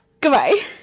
Goodbye